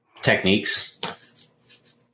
techniques